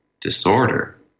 disorder